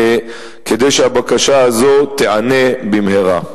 כדי שהבקשה הזאת תיענה במהרה.